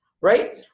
Right